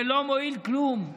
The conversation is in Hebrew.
זה לא מועיל בכלום.